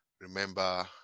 remember